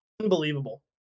Unbelievable